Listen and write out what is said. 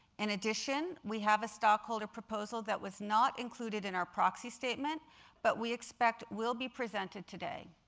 in addition, we have a stockholder proposal that was not included in our proxy statement but we expect will be presented today.